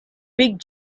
big